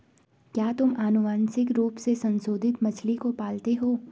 क्या तुम आनुवंशिक रूप से संशोधित मछली को पालते हो?